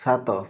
ସାତ